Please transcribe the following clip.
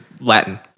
Latin